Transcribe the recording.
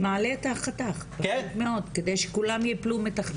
מעלה את החתך, כדי שכולם יפלו מתחתיו.